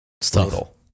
total